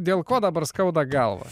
dėl ko dabar skauda galvą